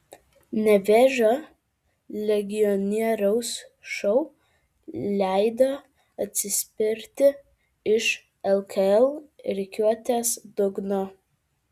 nevėžio legionieriaus šou leido atsispirti iš lkl rikiuotės dugno